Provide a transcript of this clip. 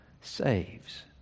saves